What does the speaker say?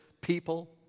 people